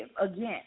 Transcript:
again